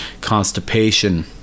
constipation